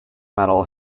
metal